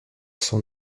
son